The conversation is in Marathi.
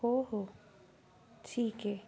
हो हो ठीके